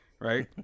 right